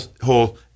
whole